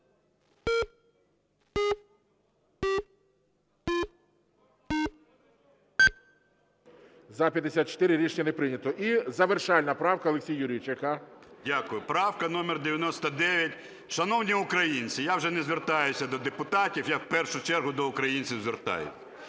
За-54 Рішення не прийнято. І завершальна правка, Олексій Юрійович, яка? 18:34:01 КУЧЕРЕНКО О.Ю. Дякую. Правка номер 99. Шановні українці, я вже не звертаюся до депутатів, я в першу чергу до українців звертаюся.